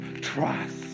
trust